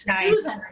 Susan